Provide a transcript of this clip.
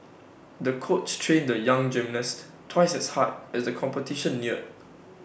the coach trained the young gymnast twice as hard as the competition neared